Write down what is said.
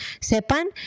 sepan